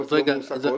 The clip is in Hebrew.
גוגל בנו את הקורס?